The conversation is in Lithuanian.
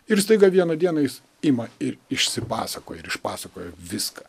ir staiga vieną dieną jis ima ir išsipasakoja ir išpasakoja viską